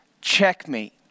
Checkmate